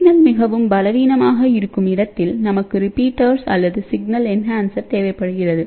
signal மிகவும் பலவீனமாக இருக்கும் இடத்தில் நமக்கு ரிப்பீட்டர்கள் அல்லது சிக்னல் என்ஹேன்சர் தேவைப்படுகிறது